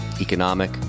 economic